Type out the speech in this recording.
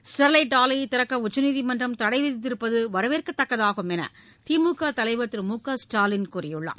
Sterlite ஆலையை திறக்க உச்சநீதிமன்றம் தடை விதித்திருப்பது வரவேற்கத்தக்கதாகும் என்று திமுக தலைவர் திரு மு க ஸ்டாலின் கூறியுள்ளார்